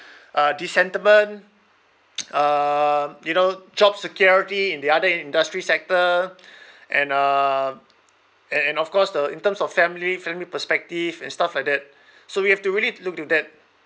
uh the sentiment uh you know job security in the other industry sector and uh and and of course the in terms of family family perspective and stuff like that so we have to really look to that